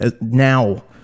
now